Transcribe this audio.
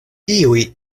iuj